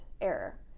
error